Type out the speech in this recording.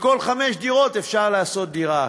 מכל חמש דירות אפשר לעשות דירה אחת,